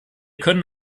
können